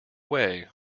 way